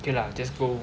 okay lah just go